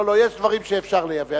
לא, לא, יש דברים שאפשר לייבא.